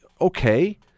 okay